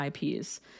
IPs